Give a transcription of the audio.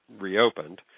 reopened